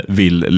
vill